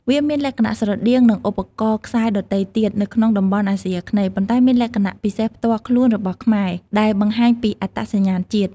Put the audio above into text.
វាមានលក្ខណៈស្រដៀងនឹងឧបករណ៍ខ្សែដទៃទៀតនៅក្នុងតំបន់អាស៊ីអាគ្នេយ៍ ប៉ុន្តែមានលក្ខណៈពិសេសផ្ទាល់ខ្លួនរបស់ខ្មែរ ដែលបង្ហាញពីអត្តសញ្ញាណជាតិ។